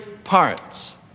parts